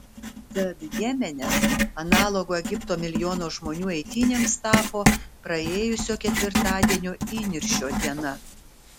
tad jemene analogu egipto milijono žmonių eitynėms tapo praėjusio ketvirtadienio įniršio diena